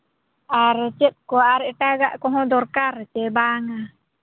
ᱟᱨ ᱪᱮᱫ ᱠᱚ ᱟᱨ ᱮᱴᱟᱜᱟᱜ ᱠᱚᱦᱚᱸ ᱫᱚᱨᱠᱟᱨ ᱪᱮ ᱵᱟᱝᱟ